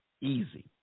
Easy